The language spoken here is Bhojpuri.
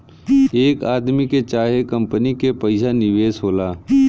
एक आदमी के चाहे कंपनी के पइसा निवेश होला